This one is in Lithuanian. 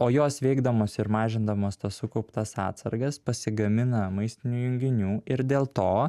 o jos veikdamos ir mažindamos tas sukauptas atsargas pasigamina maistinių junginių ir dėl to